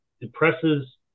depresses